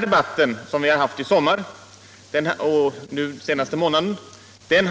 Debatten